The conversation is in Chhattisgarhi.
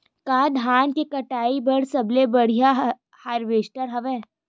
का धान के कटाई बर सबले बढ़िया हारवेस्टर हवय?